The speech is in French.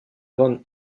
van